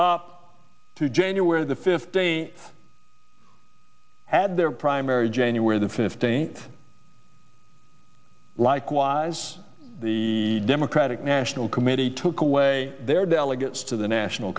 to january the fifteenth had their primary january the fifteenth likewise the democratic national committee took away their delegates to the national